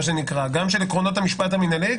מה שנקרא גם של עקרונות המשפט המנהלי,